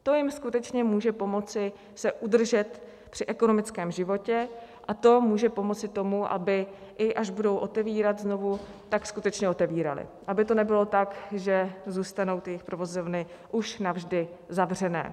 To jim skutečně může pomoci se udržet při ekonomickém životě a to může pomoci tomu, aby až budou otevírat znovu, tak skutečně otevírali, aby to nebylo tak, že zůstanou ty provozovny už navždy zavřené.